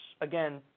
again